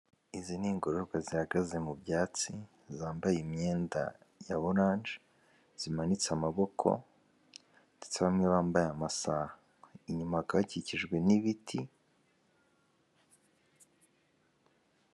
Izi ni ingorororwa zihagaze mu byatsi zambaye imyenda ya oranje zimanitse amaboko ndetse bamwe bambaye amasa, inyuma hakaba hakikijwe n'ibiti.